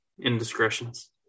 indiscretions